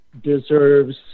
deserves